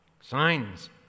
Signs